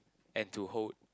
and to hold